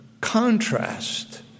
contrast